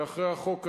ואחרי החוק הזה,